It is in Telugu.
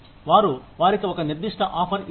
వారు వారికి ఒక నిర్దిష్ట ఆఫర్ ఇస్తారు